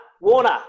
Warner